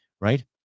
right